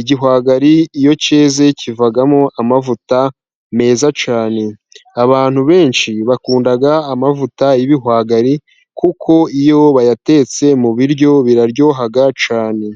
Igihwagari iyo cyeze kivagamo amavuta meza cyane. Abantu benshi bakunda amavuta y'ibihwagari kuko iyo bayatetse mu biryo biraryoha cyane.